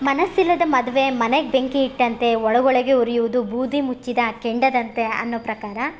ಮನಸ್ಸಿಲ್ಲದ ಮದುವೆ ಮನೆಗೆ ಬೆಂಕಿ ಇಟ್ಟಂತೆ ಒಳಗೊಳಗೆ ಉರಿಯುವುದು ಬೂದಿ ಮುಚ್ಚಿದ ಕೆಂಡದಂತೆ ಅನ್ನೋ ಪ್ರಕಾರ